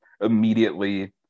immediately